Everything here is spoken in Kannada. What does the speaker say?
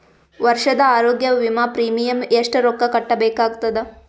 ವರ್ಷದ ಆರೋಗ್ಯ ವಿಮಾ ಪ್ರೀಮಿಯಂ ಎಷ್ಟ ರೊಕ್ಕ ಕಟ್ಟಬೇಕಾಗತದ?